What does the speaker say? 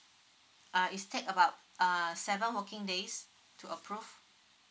uh it takes about err seven working days to approve